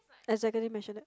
executive mansionette